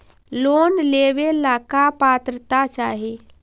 Loan लेवेला का पात्रता चाही?